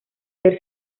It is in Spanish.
ser